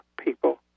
people